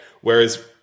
Whereas